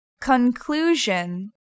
conclusion